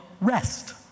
rest